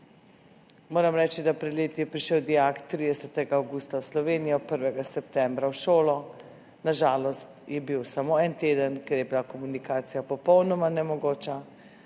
Moram reči, da je pred leti prišel dijak 30. avgusta v Slovenijo, 1. septembra v šolo, na žalost je bil samo en teden, ker je bila komunikacija popolnoma nemogoča,